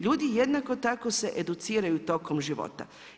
Ljudi jednako tako se educiraju tokom života.